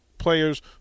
players